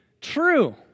true